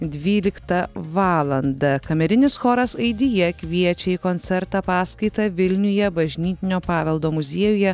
dvyliktą valandą kamerinis choras aidija kviečia į koncertą paskaitą vilniuje bažnytinio paveldo muziejuje